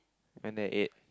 under eight